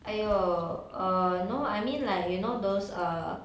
!aiyo! err no I mean like you know those err